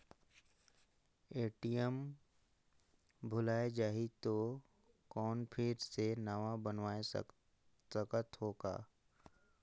ATM भुलाये जाही तो कौन फिर से नवा बनवाय सकत हो का?